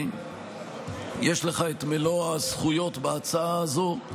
יש לך את מלוא הזכויות בהצעה הזו.